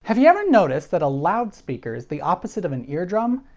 have you ever noticed that a loudspeaker is the opposite of an eardrum?